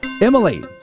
Emily